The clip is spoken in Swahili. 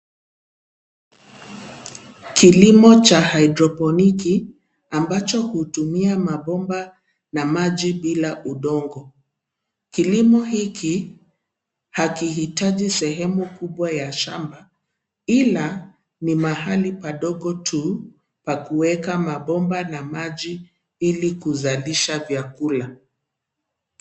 Kilimo cha hidroponiki ambacho hutumia mabomba na maji bila udongo. Kilimo hiki hakiitaji sehemu kubwa ya shamba ila ni mahali padogo tu pa kuweka mabomba na maji ili kuzalisha vyakula.